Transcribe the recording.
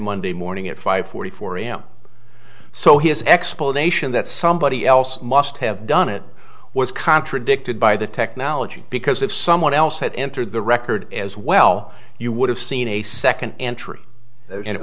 monday morning at five forty four am so his explanation that somebody else must have done it was contradicted by the technology because if someone else had entered the record as well you would have seen a second